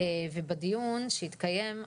בדיון שיתקיים,